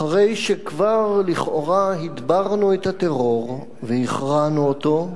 אחרי שכבר לכאורה הדברנו את הטרור והכרענו אותו,